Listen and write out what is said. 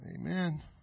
Amen